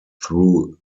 through